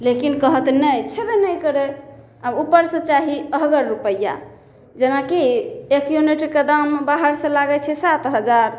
लेकिन कहत नहि छेबे नहि करै आब ऊपर से चाही अहगर रुपैआ जेनाकि एक यूनिटके दाम बाहर से लागै छै सात हजार